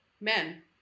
men